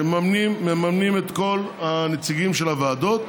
שמממנים את כל הנציגים של הוועדות.